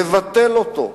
לבטל אותו.